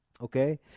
Okay